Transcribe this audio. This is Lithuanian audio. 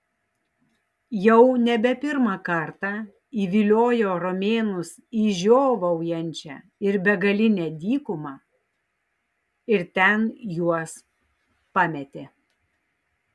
jau nebe pirmą kartą įviliojo romėnus į žiovaujančią ir begalinę dykumą ir ten juos pametė